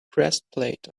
breastplate